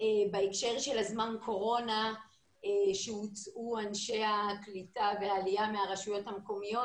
שבזמן הקורונה הוצאו אנשי העלייה והקליטה מהרשויות המקומיות.